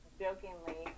jokingly